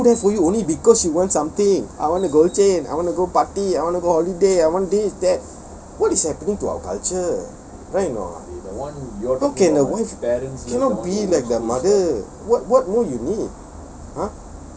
the wives would do that for you only she wants something I want a gold chain I want to go party I want to go holiday I want this that what is happening to our culture right or not look at the wife cannot be like the mother [what] what more you need